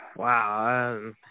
Wow